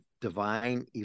divine